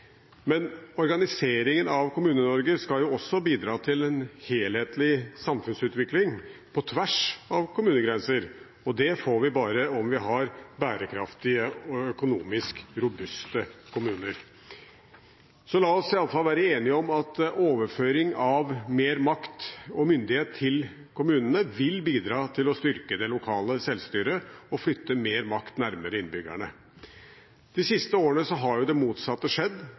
Men organiseringen av Kommune-Norge skal også bidra til en helhetlig samfunnsutvikling på tvers av kommunegrenser. Det får vi bare om vi har bærekraftige og økonomisk robuste kommuner. La oss i alle fall være enige om at overføring av mer makt og myndighet til kommunene vil bidra til å styrke det lokale selvstyret og flytte mer makt nærmere innbyggerne. De siste årene har det motsatte skjedd,